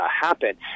happen